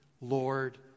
Lord